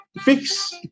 Fix